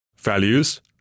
Values